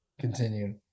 Continue